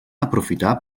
aprofitar